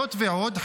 זאת ועוד,